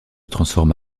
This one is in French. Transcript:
transforme